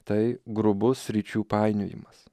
tai grubus sričių painiojimas